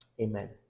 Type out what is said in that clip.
amen